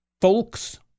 folks